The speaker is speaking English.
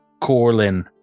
Corlin